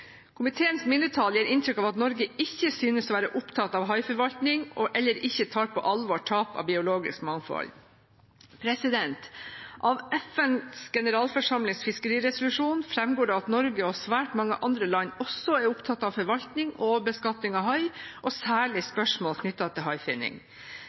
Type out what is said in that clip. Komiteens mindretall gir inntrykk av at Norge ikke synes å være opptatt av haiforvaltning eller ikke tar på alvor tapet av biologisk mangfold. Av FNs generalforsamlings fiskeriresolusjon fremgår det at Norge og svært mange andre land også er opptatt av forvaltning og beskatning av hai og særlig spørsmål knyttet til